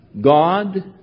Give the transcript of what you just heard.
God